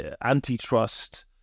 Antitrust